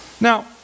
Now